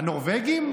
הנורבגים?